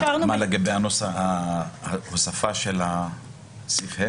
מה לגבי הוספת סעיף (ה)?